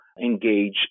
engage